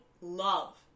love